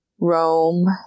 Rome